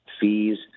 fees